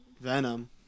Venom